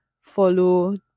follow